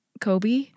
Kobe